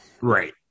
Right